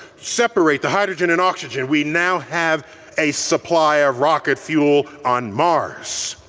separate the hydrogen and oxygen. we now have a supply of rocket fuel on mars!